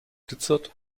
glitzert